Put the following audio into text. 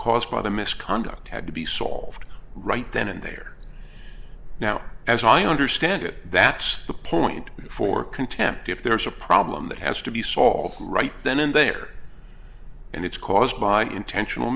caused by the misconduct had to be solved right then and there now as i understand it that's the point for contempt if there is a problem that has to be solved right then and there and it's caused by intentional